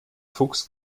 fuchs